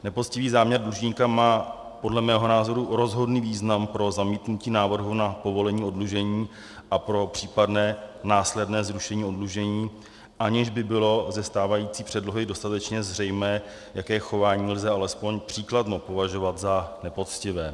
Nepoctivý záměr dlužníka má podle mého názoru rozhodný význam pro zamítnutí návrhu na povolení oddlužení a pro případné následné zrušení oddlužení, aniž by bylo ze stávající předlohy dostatečně zřejmé, jaké chování lze alespoň příkladmo považovat za nepoctivé.